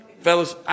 Fellas